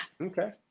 Okay